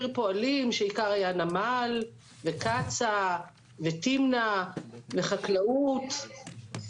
שעיקרה היה נמל וקצא"א ותמנע וחקלאות.